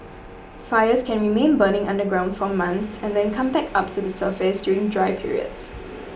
fires can remain burning underground for months and then come back up to the surface during dry periods